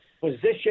position